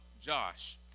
Josh